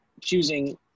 choosing